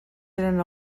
eren